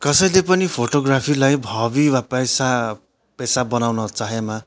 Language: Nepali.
कसैले पनि फोटोग्राफीलाई हबी वा पेसा पेसा बनाउन चाहेमा